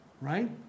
Right